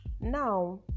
now